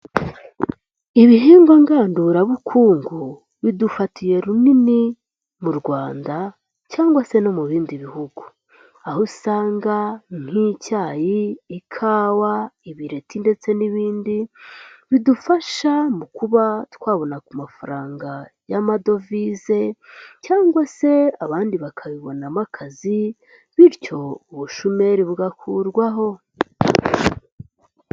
Ibihingwa ngandurabukungu bidufatiye runini mu Rwanda cyangwa se no mu bindi bihugu. Aho usanga nk'icyayi, ikawa, ibireti ndetse n'ibindi, bidufasha mu kuba twabona ku mafaranga y'amadovize cyangwa se abandi bakabibonamo akazi, bityo ubushomeri bugakurwaho.